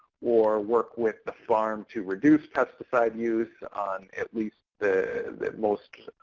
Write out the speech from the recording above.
or work with the farm to reduce pesticide use on at least the most